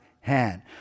hand